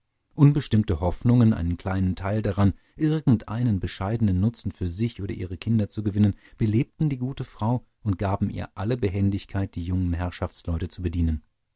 unbestimmte hoffnungen einen kleinen teil daran irgendeinen bescheidenen nutzen für sich oder ihre kinder zu gewinnen belebten die gute frau und gaben ihr alle behendigkeit die jungen herrschaftsleute zu bedienen